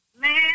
Man